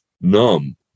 numb